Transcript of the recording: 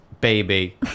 baby